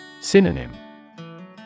Synonym